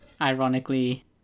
Ironically